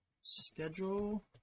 schedule